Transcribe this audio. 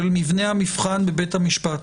של מבנה המבחן בבית המשפט,